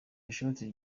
ishoti